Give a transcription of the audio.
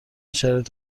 شرایط